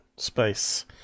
space